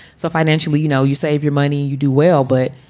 so financially, you know, you save your money, you do well, but.